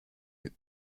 eux